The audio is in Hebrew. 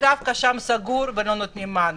אבל דווקא שם סגור ולא נותנים מענה.